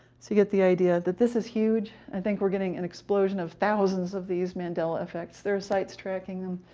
so you get the idea that this is huge. i think we're getting an explosion of thousands of these mandela effects there are sites tracking them.